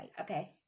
Okay